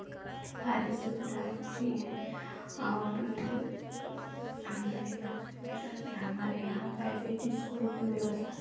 सारी सुविधा अच्छी हैं और हमारे बच्चे भी जाते हमारे यहाँ प्राइवेट स्कूलों में व्यवस्था